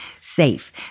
safe